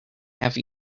have